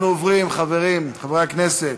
אנחנו עוברים, חברים, חברי הכנסת,